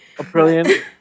Brilliant